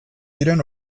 diren